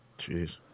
jeez